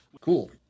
Cool